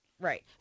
Right